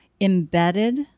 embedded